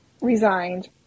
resigned